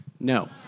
No